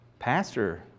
Pastor